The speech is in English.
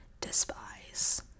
despise